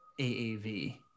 AAV